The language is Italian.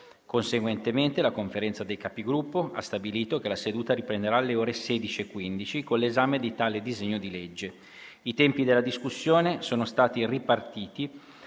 Conseguentemente, la Conferenza dei Capigruppo ha stabilito che la seduta riprenderà alle ore 16,15 con l'esame di tale disegno di legge. I tempi della discussione sono stati ripartiti